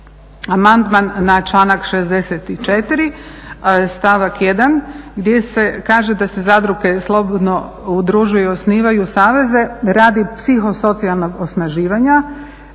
amandman na članak 64. stavak 1. gdje se kaže da se zadruge slobodno udružuju i osnivaju saveze radi psihosocijalnog osnaživanja.